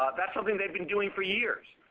ah that's something they've been doing for years.